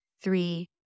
three